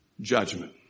judgment